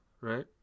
right